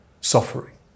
suffering